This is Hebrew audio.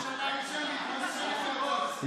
היושב-ראש,